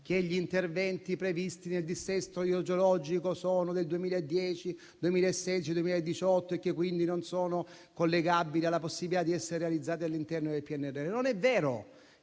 che gli interventi previsti nel dissesto idrogeologico sono del 2010, 2016 e 2018 e che quindi non sono collegabili alla possibilità di essere realizzati all'interno del PNRR o che